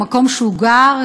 במקום שבו הוא גר,